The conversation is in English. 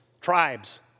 tribes